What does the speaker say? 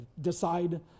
decide